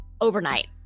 overnight